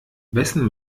wessen